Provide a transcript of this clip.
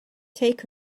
take